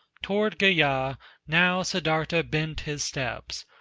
toward gaya now siddartha bent his steps,